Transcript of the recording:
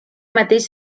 mateix